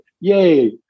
yay